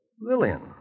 Lillian